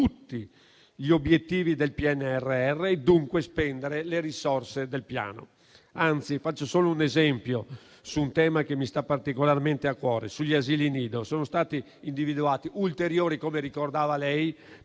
tutti gli obiettivi del PNRR e dunque spendere le risorse del Piano. Faccio solo un esempio su un tema che mi sta particolarmente a cuore, gli asili nido. Sono stati individuati, come ricordava lei